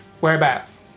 Whereabouts